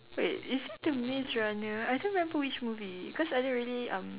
wait is it the maze runner I can't remember which movie cause I don't really um